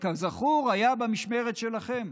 שכזכור היה במשמרת שלכם.